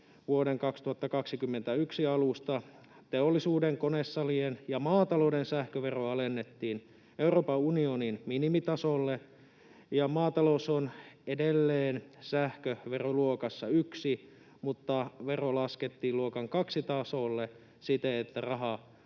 vuoden 2021 alusta. Teollisuuden, konesalien ja maatalouden sähköveroa alennettiin Euroopan unionin minimitasolle, ja maatalous on edelleen sähköveroluokassa 1, mutta vero laskettiin luokan 2 tasolle siten, että rahaa palautetaan